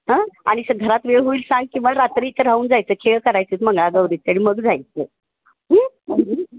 हं आणि स घरात वेळ होईल सांग किंवा रात्री तर राहून जायचं खेळ करायचं मंगळागौरीचे आणि मग जायचं